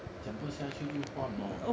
讲不下去就换 lor